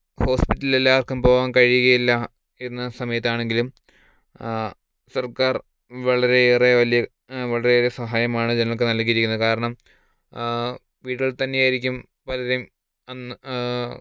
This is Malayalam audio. ഹോസ്പിറ്റലിൽ എല്ലാവർക്കും പോവാൻ കഴിയുക ഇല്ല എന്ന സമയത്താണെങ്കിലും സർക്കാർ വളരെ ഏറെ വലിയ വളരെയേറെ സഹായമാണ് ജനങ്ങൾക്ക് നൽകിയിരിക്കുന്നത് കാരണം വീട്ടിൽ തന്നെ ആയിരിക്കും പലരും അന്ന്